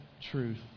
truth